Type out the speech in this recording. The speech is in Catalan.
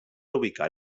ubicar